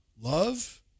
love